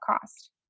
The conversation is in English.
cost